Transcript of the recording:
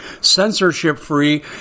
censorship-free